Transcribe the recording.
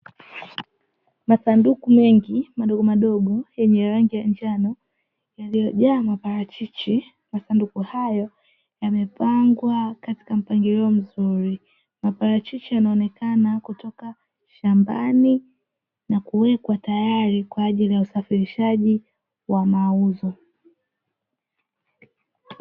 Masanduku mengi madogomadogo yenye rangi ya njano yaliyojaa maparachichi, masanduku hayo yamepangwa katika mpangilio mzuri; maparachichi yanaonekana kutoka shambani na kuwekwa tayari kwaajili ya usafirishaji wa mauzo.